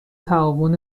تعاون